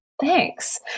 Thanks